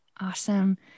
Awesome